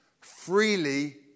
freely